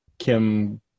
Kim